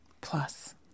Plus